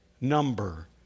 number